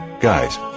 Guys